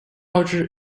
order